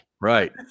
Right